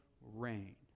rain